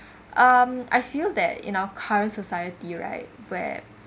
um I feel that in our current society right where